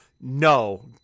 no